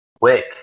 quick